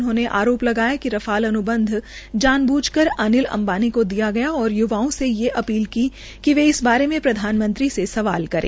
उन्होंने आरो लगाया कि रफाल अन्बंध जानबूझकर अनिल अम्बानी के दिया गया और य्वाओं से ये अपील कि वे इस बारे में प्रधानमंत्री से सवाल करे